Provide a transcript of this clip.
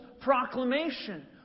proclamation